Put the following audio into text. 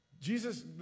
Jesus